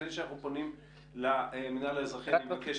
לפני שאנחנו פונים למינהל האזרחי אני מבקש